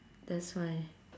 that's why